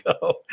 go